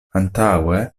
antaŭe